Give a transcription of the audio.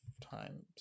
times